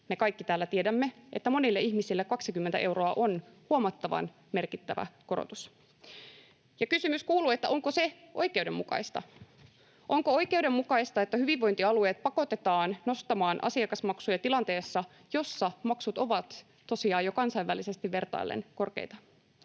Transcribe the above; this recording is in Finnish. me kaikki täällä tiedämme, että monille ihmisille 20 euroa on huomattavan merkittävä korotus. Kysymys kuuluu, onko se oikeudenmukaista. Onko oikeudenmukaista, että hyvinvointialueet pakotetaan nostamaan asiakasmaksuja tilanteessa, jossa maksut ovat tosiaan jo kansainvälisesti vertaillen korkeita?